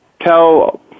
tell